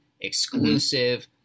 exclusive